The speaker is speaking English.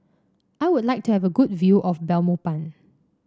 I would like to have a good view of Belmopan